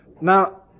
Now